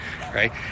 right